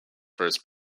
first